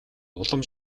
улам